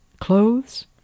clothes